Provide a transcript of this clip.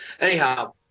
Anyhow